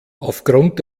aufgrund